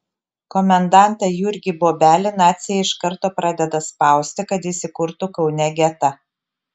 komendantą jurgį bobelį naciai iš karto pradeda spausti kad jis įkurtų kaune getą